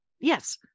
yes